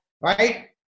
right